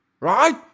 Right